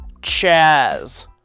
Chaz